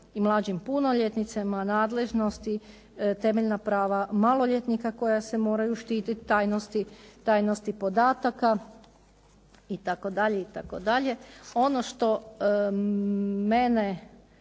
i mlađim punoljetnicima, nadležnosti, temeljna prava maloljetnika koja se moraju štititi, tajnosti podataka itd. itd. Ono što mene